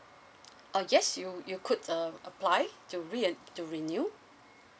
uh yes you you could um apply to re uh to renew